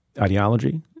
ideology